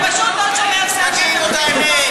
זה פשוט עוד שומר סף, תגידו את האמת.